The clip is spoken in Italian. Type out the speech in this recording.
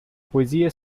poesie